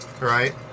right